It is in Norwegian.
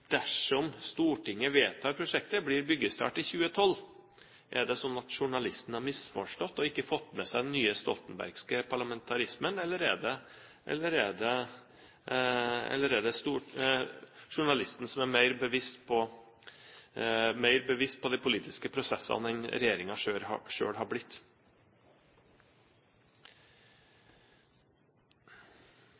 journalisten har misforstått og ikke fått med seg den nye stoltenbergske parlamentarismen? Eller er det journalisten som er mer bevisst på de politiske prosessene enn regjeringen selv har blitt? Det er litt underlig å høre statsråden utfordre interpellanten til å lese de